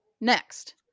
Next